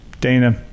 Dana